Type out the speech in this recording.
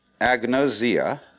agnosia